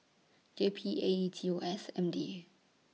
J P A E T O S M D A